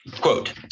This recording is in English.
quote